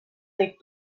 võib